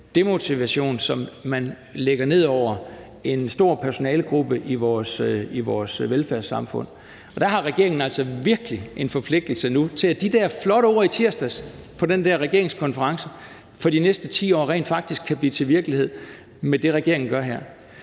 demotivation, som man lægger ned over en stor personalegruppe i vores velfærdssamfund. Der har regeringen altså virkelig en forpligtelse til nu at sørge for, at de der flotte ord om de næste 10 år fra i tirsdags på den der regeringskonference rent faktisk kan blive til virkelighed med det, regeringen gør her.